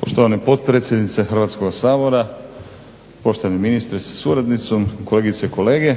Poštovana potpredsjednice Hrvatskoga sabora, poštovani ministre sa suradnicom, kolegice i kolege.